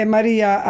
Maria